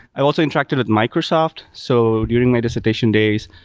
i also interacted with microsoft. so during my dissertation days,